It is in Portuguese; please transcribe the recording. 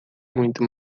muito